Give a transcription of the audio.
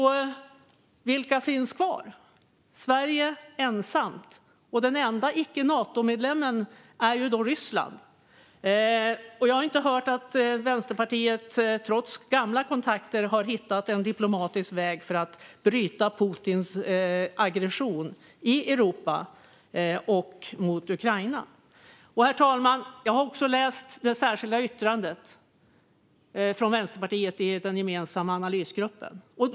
Vilka finns kvar? Jo, Sverige ensamt. Den enda icke-Natomedlemmen är ju Ryssland. Jag har inte hört att Vänsterpartiet trots gamla kontakter skulle ha hittat en diplomatisk väg för att bryta Putins aggression i Europa och mot Ukraina. Herr talman! Jag har läst det särskilda yttrandet från Vänsterpartiet i den gemensamma analysgruppen.